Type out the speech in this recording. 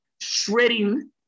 shredding